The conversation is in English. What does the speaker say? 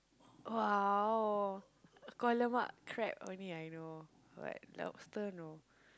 !wow! kuah lemak crab only I know but lobster no